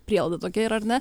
prielaida tokia yra ar ne